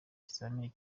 ikizamini